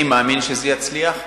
אני מאמין שזה יצליח,